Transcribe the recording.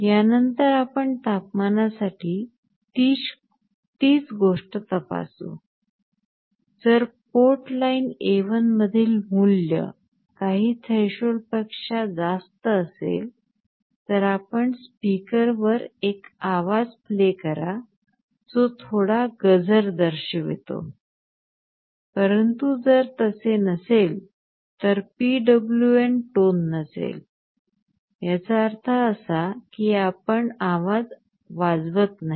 यानंतर आपण तपमानासाठी तीच गोष्ट तपासू जर पोर्ट लाइन A1 मधील मूल्य काही थ्रेशोल्डपेक्षा जास्त असेल तर आपण स्पीकरवर एक आवाज प्ले करा जो थोडा गजर दर्शवितो परंतु जर तसे नसेल तर PWM टोन नसेल याचा अर्थ असा की आपण एक आवाज वाजवत नाही